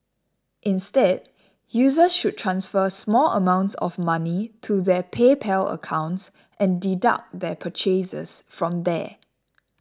instead users should transfer small amounts of money to their PayPal accounts and deduct their purchases from there